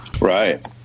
Right